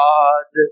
God